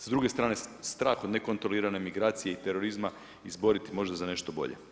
S druge strane strah od nekontrolirane migracije i terorizma izboriti možda za nešto bolje.